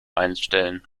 einstellen